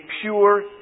pure